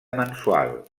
mensual